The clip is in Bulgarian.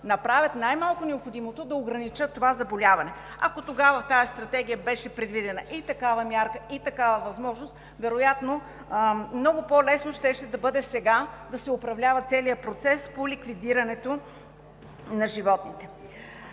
направят, най-малкото, необходимото да ограничат това заболяване. Ако тогава в тази стратегия бяха предвидени такава мярка и такава възможност, вероятно много по-лесно щеше да бъде сега да се управлява целият процес по ликвидирането на животните.